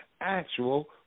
actual